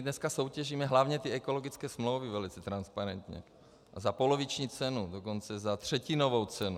Dneska soutěžíme hlavně ekologické smlouvy velice transparentně a za poloviční cenu, dokonce za třetinovou cenu.